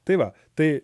tai va tai